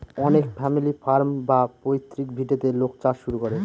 অনেক family farm বা পৈতৃক ভিটেতে লোক চাষ শুরু করে